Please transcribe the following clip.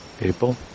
people